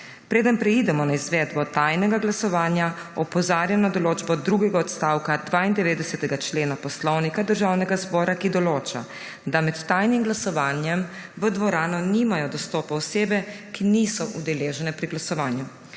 Preden preidemo na izvedbo tajnega glasovanja, opozarjam na določbo drugega odstavka 92. člena Poslovnika Državnega zbora, ki določa, da med tajnim glasovanjem v dvorano nimajo dostopa osebe, ki niso udeležene pri glasovanju.